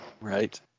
right